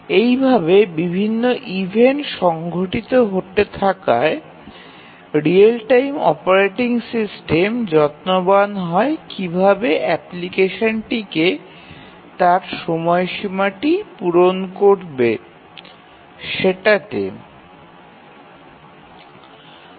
এই ভাবে বিভিন্ন ইভেন্ট সংঘটিত হতে থাকায় রিয়েল টাইম অপারেটিং সিস্টেম কীভাবে অ্যাপ্লিকেশনটিকে তার সঠিক সময়সীমাতে সম্পাদন করবে সেই বিষয়ে যত্নবান হয়